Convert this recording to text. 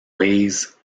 weighs